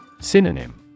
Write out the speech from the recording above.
Synonym